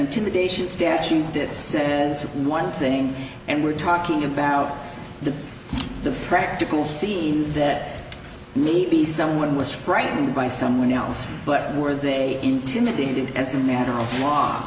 intimidation statute that says one thing and we're talking about the the practical seem that maybe someone was frightened by someone else but were they intimidated and some manner of